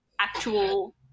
actual